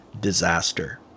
disaster